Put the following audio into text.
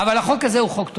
אבל החוק הזה הוא חוק טוב.